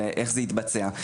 ואיך זה התבצע.